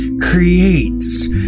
creates